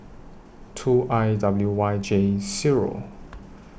two I W Y J Zero